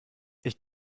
ich